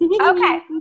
Okay